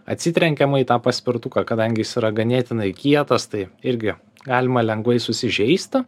atsitrenkiama į tą paspirtuką kadangi jis yra ganėtinai kietas tai irgi galima lengvai susižeisti